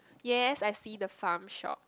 yes I see the farm shop